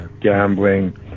gambling